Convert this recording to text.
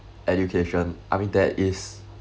education I mean that is